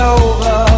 over